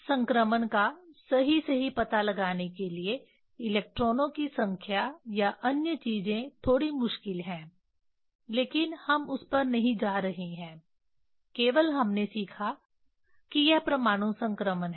इस संक्रमण का सही सही पता लगाने के लिए इलेक्ट्रॉनों की संख्या या अन्य चीजें थोड़ी मुश्किल हैं लेकिन हम उस पर नहीं जा रहे हैं केवल हमने सीखा कि यह परमाणु संक्रमण है